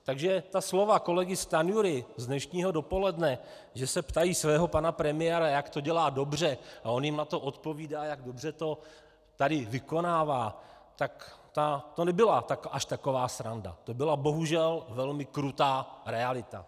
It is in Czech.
Takže ta slova kolegy Stanjury z dnešního dopoledne, že se ptají svého pana premiéra, jak to dělá dobře, a on jim na to odpovídá, jak dobře to tady vykonává, tak to nebyla až taková sranda, to byla bohužel velmi krutá realita.